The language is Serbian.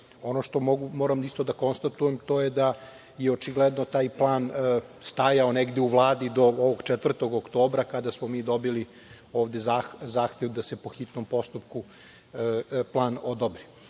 što moram da konstatujem to je da i očigledno i taj plan stajao negde u Vladi do ovog 4. oktobra kada smo mi dobili ovde zahtev da se po hitnom postupku plan odobri.